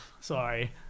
sorry